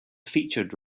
featured